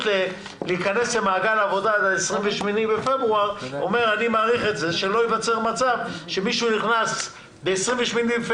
הביטוח הלאומי כאן ואני לא רוצה להיעזר במילים של